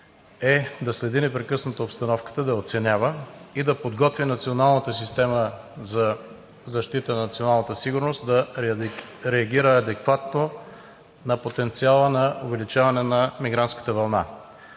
е да следи непрекъснато обстановката, да я оценява и да подготви националната система за защита на националната сигурност, да реагира адекватно на потенциала на увеличаване на мигрантската вълна.